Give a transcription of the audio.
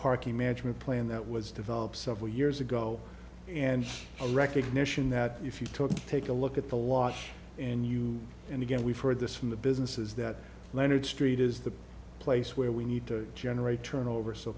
party management plan that was developed several years ago and a recognition that if you took take a look at the lodge and you and again we've heard this from the business is that leonard street is the place where we need to generate turnover so